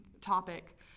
topic